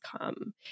come